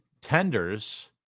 tenders